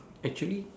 actually